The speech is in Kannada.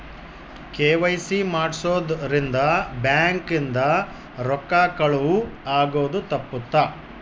ಕೆ.ವೈ.ಸಿ ಮಾಡ್ಸೊದ್ ರಿಂದ ಬ್ಯಾಂಕ್ ಇಂದ ರೊಕ್ಕ ಕಳುವ್ ಆಗೋದು ತಪ್ಪುತ್ತ